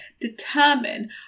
determine